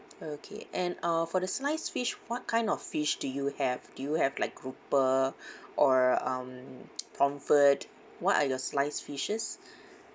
okay and uh for the sliced fish what kind of fish do you have do you have like grouper or um pomfret what are your sliced fishes